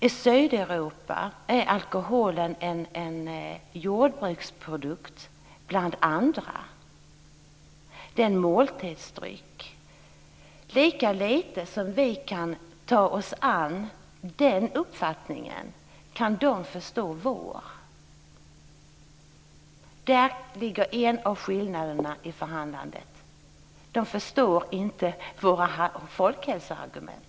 I Sydeuropa är alkoholen en jordbruksprodukt bland andra. Det är en måltidsdryck. Lika lite som vi kan ta till oss den uppfattningen kan de förstå vår. Däri ligger en av skillnaderna i förhandlandet. De förstår inte våra folkhälsoargument.